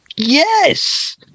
Yes